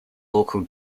local